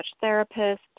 therapist